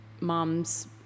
moms